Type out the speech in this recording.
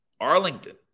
Arlington